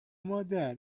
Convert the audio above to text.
مادر